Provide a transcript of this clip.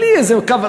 בלי איזה קו,